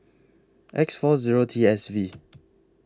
X four Zero T S V